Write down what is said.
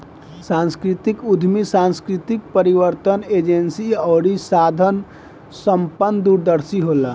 सांस्कृतिक उद्यमी सांस्कृतिक परिवर्तन एजेंट अउरी साधन संपन्न दूरदर्शी होला